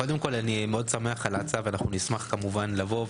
קודם כול אני שמח מאוד על ההצעה ונשמח כמובן לבוא,